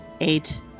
eight